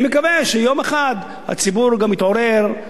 אני מקווה שיום אחד הציבור יתעורר,